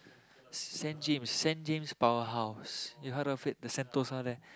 send James send James powerhouse you heard of it the Sentosa there